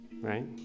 right